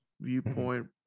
viewpoint